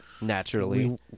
naturally